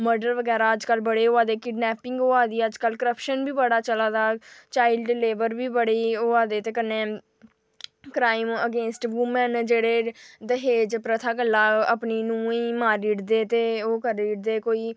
murder बगैरा अज्जकल बड़े होआ दे किडनैपिंग होआ दी अज्जकल क्रप्शन बी बड़ा चला दा चाईल्ड लेबर बी बड़ी होआ दी ते कन्नै क्राईम अगेंस्ट वूमन जेह्ड़े दहेज प्रथा लेई अपनी नूहें गी मारी ओड़दे ते ओह् करी ओड़दे कोई